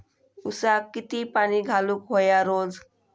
ऊसाक किती पाणी घालूक व्हया रोज?